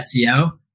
SEO